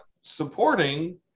supporting